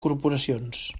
corporacions